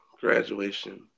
Graduation